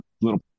little